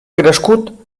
crescut